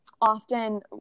often